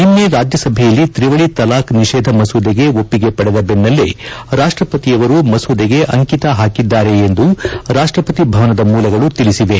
ನಿನ್ನೆ ರಾಜ್ಯಸಭೆಯಲ್ಲಿ ತ್ರಿವಳಿ ತಲಾಖ್ ನಿಷೇಧ ಮಸೂದೆಗೆ ಒಪ್ಪಿಗೆ ಪಡೆದ ಬೆನ್ನಲ್ಲೇ ರಾಷ್ಟಪತಿಯವರು ಮಸೂದೆಗೆ ಅಂಕಿತ ಹಾಕಿದ್ದಾರೆ ಎಂದು ರಾಷ್ಟಪತಿ ಭವನದ ಮೂಲಗಳು ತಿಳಿಸಿವೆ